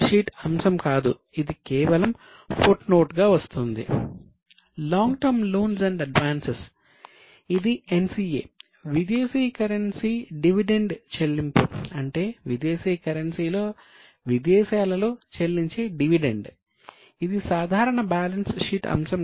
long term loans and advances అంశం